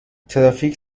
ترافیک